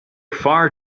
far